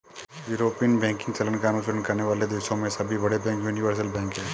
European banking चलन का अनुसरण करने वाले देशों में सभी बड़े बैंक यूनिवर्सल बैंक हैं